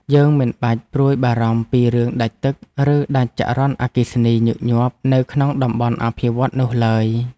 យើងមិនបាច់ព្រួយបារម្ភពីរឿងដាច់ទឹក ឬដាច់ចរន្តអគ្គិសនីញឹកញាប់ នៅក្នុងតំបន់អភិវឌ្ឍន៍នោះឡើយ។